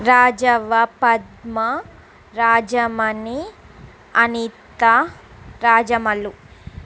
Rajavva Padma Rajamani Anitha Rajamallu